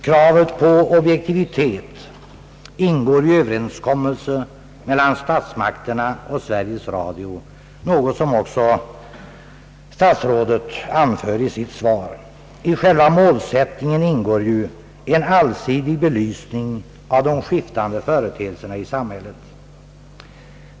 Kravet på objektivitet ingår i en överenskommelse mellan statsmakterna och Sveriges Radio, något som också statsrådet anför i sitt svar. I själva målsättningen ingår en allsidig belysning av de skiftande företeelserna i samhället.